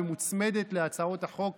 ומוצמדת להצעות החוק